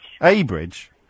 Abridge